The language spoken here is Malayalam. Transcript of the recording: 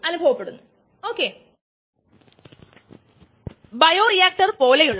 എന്നിട്ട് ഈ എൻസൈം സബ്സ്ട്രേറ്റ് റിയാക്ട് ചെയ്യുന്നു